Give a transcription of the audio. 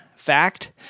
Fact